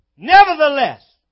Nevertheless